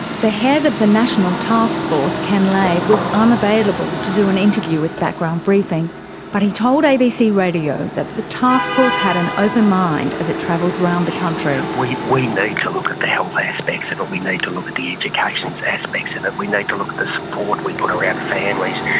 the head of the national taskforce, ken lay, was unavailable to do an interview with background briefing but he told abc radio that the taskforce had an open mind as it travelled around the country. we we need to look at the health aspects of it, we need to look at the education aspects of it, we need to look at the support we put around families,